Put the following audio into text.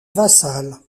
vassal